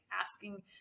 asking